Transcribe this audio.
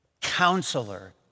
Counselor